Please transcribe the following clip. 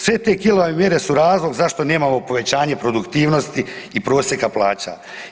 Sve te kilave mjere su razlog zašto nemamo povećanje produktivnosti i prosjeka plaća.